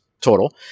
total